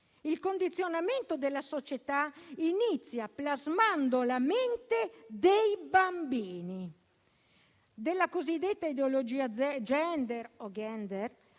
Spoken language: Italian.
Il condizionamento della società inizia plasmando la mente dei bambini. Della cosiddetta ideologia *gender,* alla